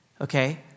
okay